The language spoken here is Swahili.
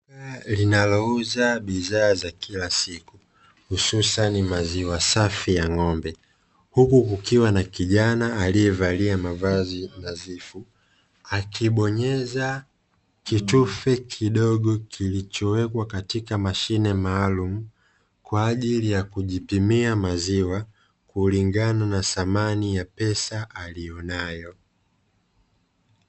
Duka linalouza bidhaa za kila siku, hususani maziwa safi ya ng'ombe. Huku kukiwa na kijana aliyevalia mavazi nadhifu. Akibonyeza kitufe kidogo kilichowekwa katika mashine maalumu, kwa ajili ya kujipimia maziwa kulingana na thamani ya pesa aliyonayo.